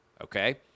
okay